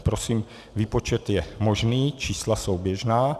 Prosím, výpočet je možný, čísla jsou běžná.